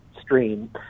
stream